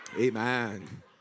amen